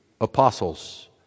apostles